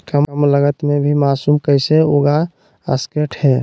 कम लगत मे भी मासूम कैसे उगा स्केट है?